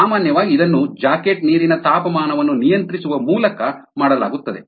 ಸಾಮಾನ್ಯವಾಗಿ ಇದನ್ನು ಜಾಕೆಟ್ ನೀರಿನ ತಾಪಮಾನವನ್ನು ನಿಯಂತ್ರಿಸುವ ಮೂಲಕ ಮಾಡಲಾಗುತ್ತದೆ